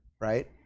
right